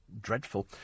dreadful